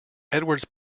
edwards